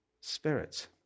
Spirit